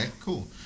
cool